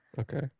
Okay